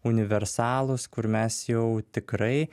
universalūs kur mes jau tikrai